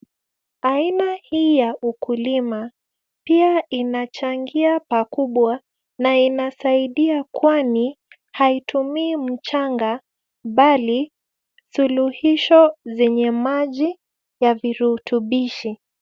Aina hii ya ukulima pia inachangia pakubwa, na inasaidia kwani, haitumii mchanga, mbali suluhisho zenye maji ya virutubishi.